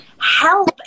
help